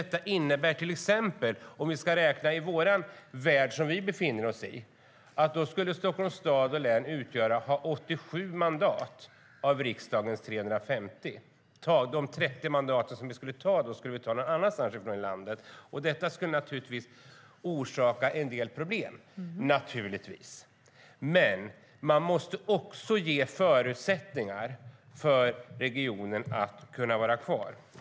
Det innebär till exempel, om vi ska räkna i vår värld som vi befinner oss i, att Stockholms stad och län skulle ha 87 mandat av riksdagens 349. De 30 mandaten skulle vi då ta från någon annanstans i landet. Det skulle naturligtvis orsaka en del problem. Men man måste också ge förutsättningar för regionen att kunna vara kvar.